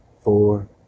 four